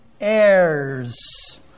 heirs